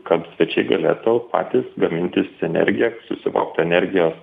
kad svečiai galėtų patys gamintis energiją susivokt energijos